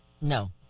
No